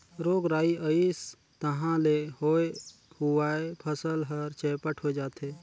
रोग राई अइस तहां ले होए हुवाए फसल हर चैपट होए जाथे